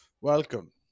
welcome